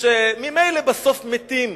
שממילא בסוף מתים,